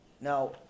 Now